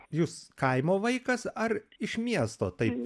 jūs kaimo vaikas ar iš miesto taip